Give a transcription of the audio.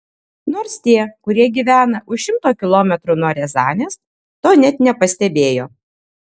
nors tie kurie gyvena už šimto kilometrų nuo riazanės to net nepastebėjo